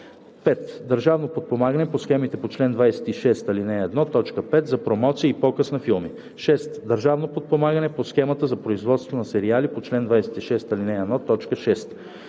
5. държавно подпомагане по схемите по чл. 26, ал. 1, т. 5 за промоция и показ на филми; 6. държавно подпомагане по схемата за производство на сериали по чл. 26, ал. 1, т. 6.